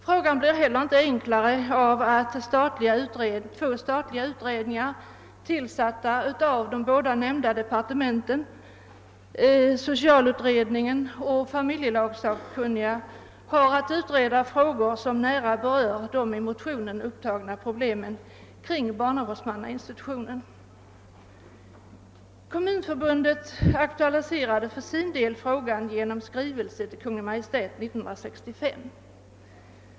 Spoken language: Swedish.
Frågan blir inte heller enklare av att två statliga utredningar som tillsats av de båda nämnda departementen, socialutredningen och familjelagssakkunniga, har att utreda frågor som nära berör de i motionen upptagna problemen beträffande barnavårdsmannainstitutionen. Kommunförbundet aktualiserade för sin del frågan genom skrivelse till Kungl. Maj:t 1965.